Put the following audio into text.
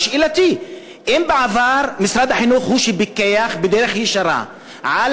אז שאלתי: אם בעבר משרד החינוך הוא שפיקח בדרך ישירה על